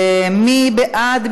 מי בעד?